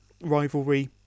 rivalry